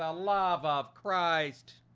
ah love of christ